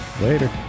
later